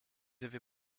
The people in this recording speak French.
avez